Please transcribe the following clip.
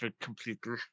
completely